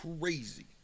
crazy